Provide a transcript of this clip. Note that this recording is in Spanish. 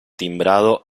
timbrado